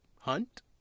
Hunt